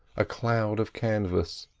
a cloud of canvas,